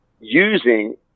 using